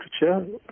literature